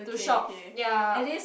to shop ya